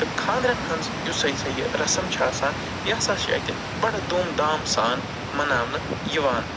تہٕ خانٛدرَن ۂنٛز یُس ہسا یہِ رَسٕم چھِ آسان یہِ ہسا چھِ اَتہِ بَڑٕ دوٗم دام سان مناونہٕ یِوان